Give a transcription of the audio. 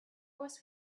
was